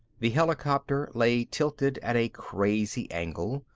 the helicopter lay tilted at a crazy angle.